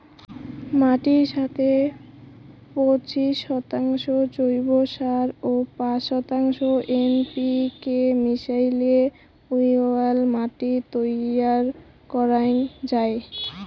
মাটির সথে পঁচিশ শতাংশ জৈব সার ও পাঁচ শতাংশ এন.পি.কে মিশাইলে আউয়াল মাটি তৈয়ার করাং যাই